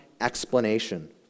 explanation